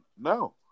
No